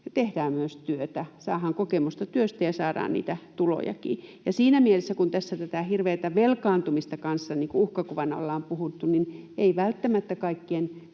tehdään myös työtä, saadaan kokemusta työstä ja saadaan niitä tulojakin. Siinä mielessä, kun tässä kanssa tästä hirveästä velkaantumisesta uhkakuvana ollaan puhuttu, ei välttämättä kaikkien